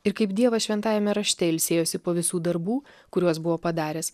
ir kaip dievas šventajame rašte ilsėjosi po visų darbų kuriuos buvo padaręs